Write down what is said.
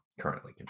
Currently